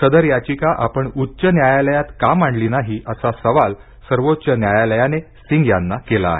सदर याचिका आपण उच्च न्यायालयात का मांडली नाही असा सवाल सर्वोच्च न्यायालयाने सिंग यांना केला आहे